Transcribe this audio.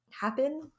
happen